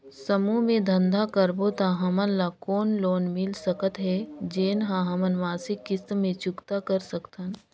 समूह मे धंधा करबो त हमन ल कौन लोन मिल सकत हे, जेन ल हमन मासिक किस्त मे चुकता कर सकथन?